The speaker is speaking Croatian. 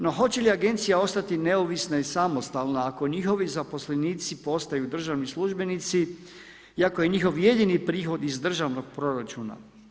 No hoće li agencija ostati neovisna i samostalna ako njihovi zaposlenici postaju državni službenici i ako je njihov jedini prihod iz državnog proračuna.